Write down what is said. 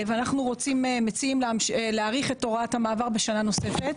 אנחנו מציעים להאריך את הוראת המעבר בשנה נוספת.